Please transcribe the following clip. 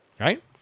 Right